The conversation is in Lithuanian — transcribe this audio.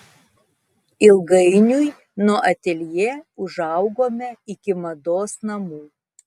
ilgainiui nuo ateljė užaugome iki mados namų